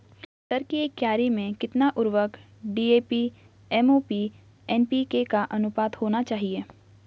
मटर की एक क्यारी में कितना उर्वरक डी.ए.पी एम.ओ.पी एन.पी.के का अनुपात होना चाहिए?